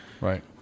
Right